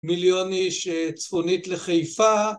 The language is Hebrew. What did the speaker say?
מליון איש שצפונית לחיפה